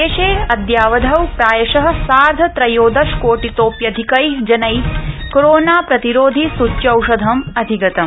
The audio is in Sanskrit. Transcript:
देशे अद्यावधौ प्रायश सार्धत्रयोदश कोटितोप्यधिकै जनै कोरोना प्रतिरोधि सूच्यौषधं सम्प्राप्तम्